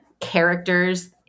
characters